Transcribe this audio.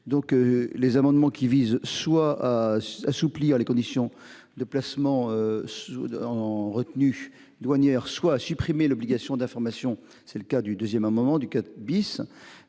donc les amendements qui visent soit à assouplir les conditions de placement sous en retenue douanière soit à supprimer l'obligation d'information, c'est le cas du deuxième au moment du cannabis.